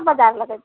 कतऽ बजार लगैत छै